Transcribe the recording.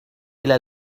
إلى